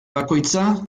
bakoitza